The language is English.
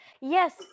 Yes